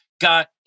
got